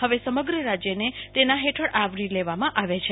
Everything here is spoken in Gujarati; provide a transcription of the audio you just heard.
હવે સમગ્ર રાજ્યને તેના હેઠળ આવરી લેવામાં આવે છે